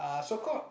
a so called